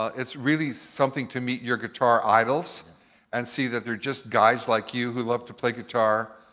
it's really something to meet your guitar idols and see that they're just guys like you who love to play guitar,